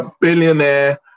billionaire